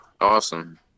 Awesome